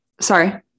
Sorry